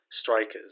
strikers